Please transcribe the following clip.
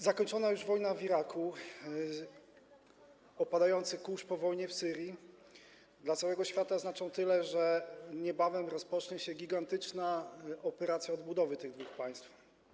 Zakończona już wojna w Iraku, opadający kurz po wojnie w Syrii dla całego świata znaczą tyle, że niebawem rozpocznie się gigantyczna operacja odbudowy tych dwóch państw.